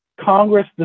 congress